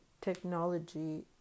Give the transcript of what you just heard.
technology